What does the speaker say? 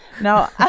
No